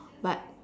but